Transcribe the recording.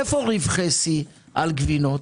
איפה רווחי שיא על גבינות?